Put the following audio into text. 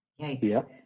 Yikes